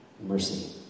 mercy